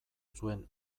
zuen